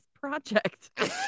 project